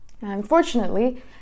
unfortunately